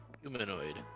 humanoid